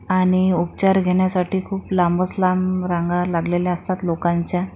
आणि उपचार घेण्यासाठी खूप लांबच लांब रांगा लागलेल्या असतात लोकांच्या